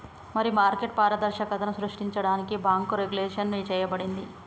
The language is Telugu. మరి మార్కెట్ పారదర్శకతను సృష్టించడానికి బాంకు రెగ్వులేషన్ చేయబడింది